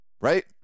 right